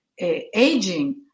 aging